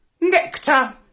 Nectar